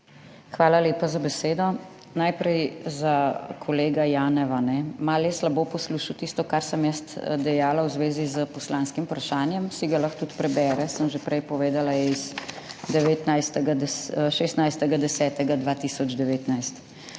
Hvala lepa za besedo. Najprej za kolega Janeva. Malo je slabo poslušal tisto, kar sem jaz dejala v zvezi s poslanskim vprašanjem, si ga lahko tudi prebere, sem že prej povedala, je s 16. 10. 2019.